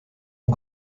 aux